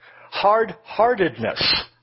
hard-heartedness